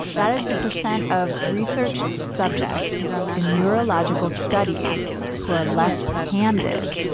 that is the percent of research subjects in neurological studies who are left handed.